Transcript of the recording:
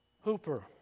Hooper